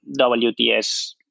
WTS